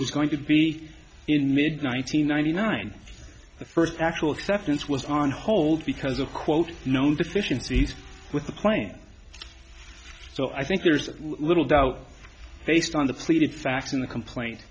was going to be in mid one nine hundred ninety nine the first actual acceptance was on hold because of quote known deficiencies with the plan so i think there's little doubt based on the pleated facts in the complaint